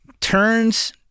Turns